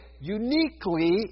uniquely